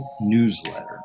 newsletter